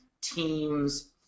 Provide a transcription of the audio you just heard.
teams